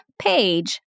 page